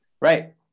Right